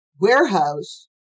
warehouse